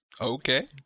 Okay